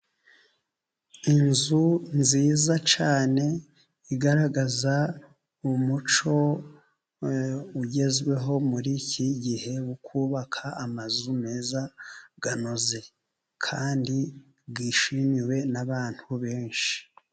Inzu nziza cyane, igaragaza umuco ugezweho muri iki gihe wo kubaka amazu meza, anoze kandi yishimiwe n'abantu benshi.